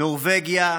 נורבגיה,